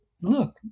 look